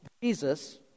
Jesus